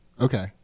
okay